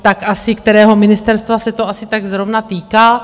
Tak kterého ministerstva se to asi tak zrovna týká?